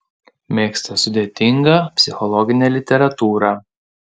mėgsta sudėtingą psichologinę literatūrą